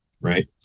right